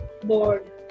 bored